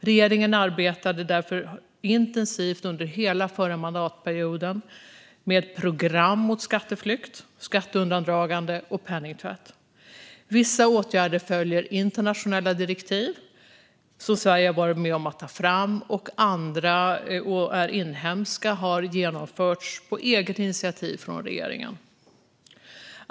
Regeringen arbetade intensivt under hela förra mandatperioden med ett program mot skatteflykt, skatteundandragande och penningtvätt. Vissa åtgärder följer internationella direktiv som Sverige har varit med om att ta fram, och andra är inhemska och har genomförts på eget initiativ av regeringen.